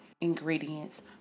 ingredients